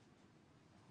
והאחיינים שלי היו במכינות,